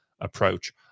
approach